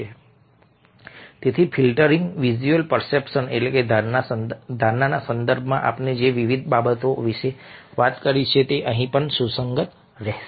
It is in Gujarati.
તેથી ફિલ્ટરિંગ વિઝ્યુઅલ પર્સેપ્શનનાધારણા સંદર્ભમાં આપણે જે વિવિધ બાબતો વિશે વાત કરી છે તે અહીં પણ સુસંગત રહેશે